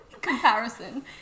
comparison